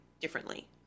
differently